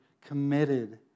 committed